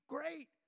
Great